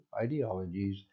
ideologies